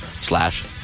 slash